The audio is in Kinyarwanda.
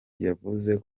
yavuze